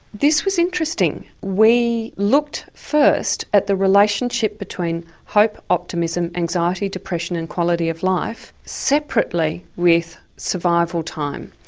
this was interesting. we looked first at the relationship between hope, optimism, anxiety, depression and quality of life, separately with survival time.